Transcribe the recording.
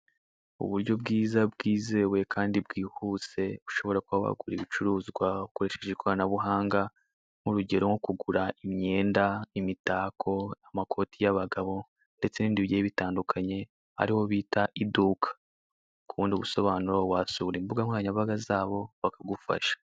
Uburyo bwiza bwizewe kandi bwihuse ushobora kuba wagura ibicuruzwa ukoresheje ikoranabuhanga, nk'urugero nko kugura imyenda, imitako, amakote y'abagabo ndetse n'ibindi bigiye bitandukanye, ariho bita iduka. Ku bundi busobanuro wasura imbuga nkoranyambaga zabo bakagufasha.